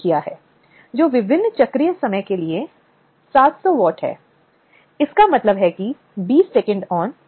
slide समय देखें 2017 और यह ध्यान रखना महत्वपूर्ण होगा कि जैसा कि हमने कहा कि यह असंगठित क्षेत्र को भी कवरआच्छादन करता है यहां तक कि घरेलू श्रमिक भी परिभाषा के नियंत्रण में आते हैं